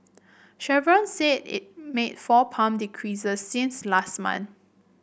Chevron said it made four pump decreases since last month